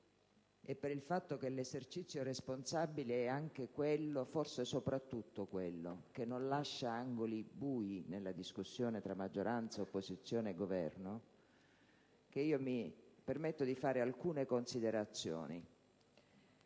e per il fatto che l'esercizio responsabile è anche quello, forse soprattutto quello, di non lasciare angoli bui nella discussione tra maggioranza, opposizione e Governo, sia necessario fare alcune considerazioni.